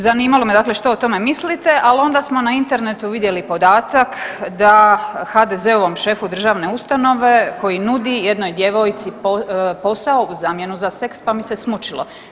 Zanimalo me dakle što o tome mislite, ali onda smo na internetu vidjeli podatak da HDZ-ovom šefu državne ustanove koji nudi jednoj djevojci posao u zamjenu za seks pa mi se smučilo.